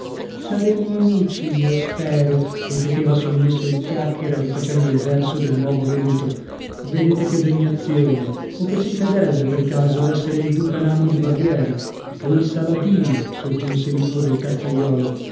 saremo amici io spero ripeteva sommesso il chiacchiera rifacendo il verso del nuovo venuto vedete che degnazione o che si crederebbe per caso d'essere il duca namo di baviera o il saladino soggiunse lippo del